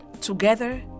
together